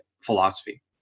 philosophy